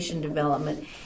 development